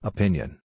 Opinion